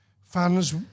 fans